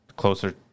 Closer